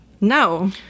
No